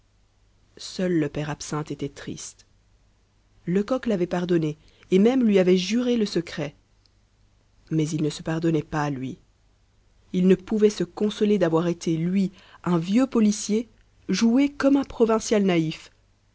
seul le père absinthe était triste lecoq l'avait pardonné et même lui avait juré le secret mais il ne se pardonnait pas lui il ne pouvait se consoler d'avoir été lui un vieux policier joué comme un provincial naïf